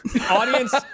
Audience